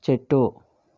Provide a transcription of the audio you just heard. చెట్టు